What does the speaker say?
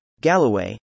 Galloway